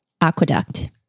aqueduct